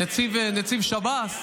-- נציב שב"ס,